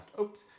Oops